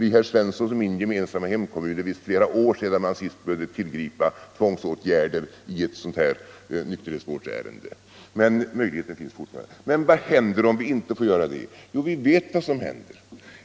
I herr Svenssons och min hemkommun är det visst flera år sedan man senast behövde tillgripa tvångsåtgärder i ett sådant här nykterhetsvårdsärende. Men möjligheten finns fortfarande. Vad händer om vi inte får tillgripa tvång? Vi vet vad som händer.